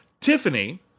Tiffany